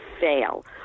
fail